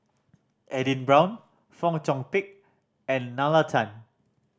Edin Brown Fong Chong Pik and Nalla Tan